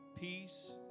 peace